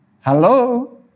Hello